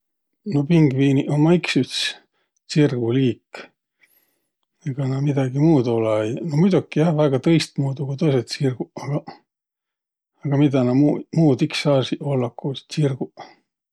No pingviiniq ummaq iks üts tsirguliik, egaq nä midägi muud olõ-õi. No muidoki, jah, väega tõistmuudu ku tõsõq tsirguq, agaq, aga midä nä muu- muud iks saasiq ollaq, ku tsirguq.